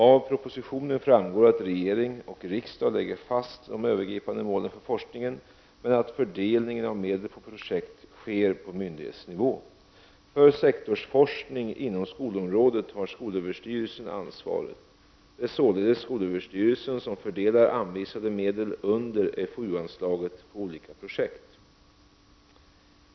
Av propositionen framgår att regering och riksdag lägger fast de övergripande målen för forskningen men att fördelning av medel på projekt sker på myndighetsnivå. För sektorsforskningen inom skolområdet har skolöverstyrelsen ansvaret. Det är således SÖ som fördelar anvisade medel under FoU-anslaget på olika projekt.